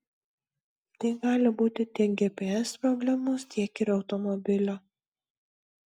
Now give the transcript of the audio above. tai gali būti tiek gps problemos tiek ir automobilio